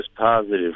positive